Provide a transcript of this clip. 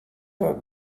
were